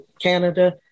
Canada